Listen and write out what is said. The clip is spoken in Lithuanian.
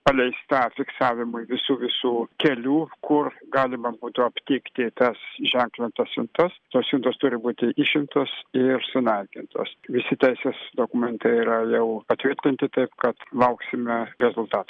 paleista fiksavimui visų visų kelių kur galima būtų aptikti tas ženklintas siuntas tos siuntos turi būti išimtos ir sunaikintos visi teisės dokumentai yra jau patvirtinti taip kad lauksime rezultatų